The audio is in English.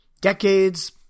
decades